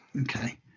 Okay